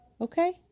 Okay